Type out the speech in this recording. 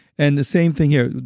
and the same thing here.